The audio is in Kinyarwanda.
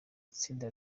itsinda